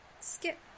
skip